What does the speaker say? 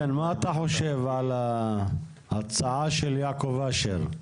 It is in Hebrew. מה אתה חושב על ההצעה של יעקב אשר?